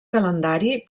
calendari